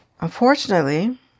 Unfortunately